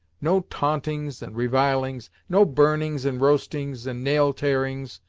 no ta'ntings and revilings no burnings and roastings and nail-tearings,